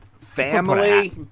family